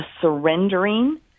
surrendering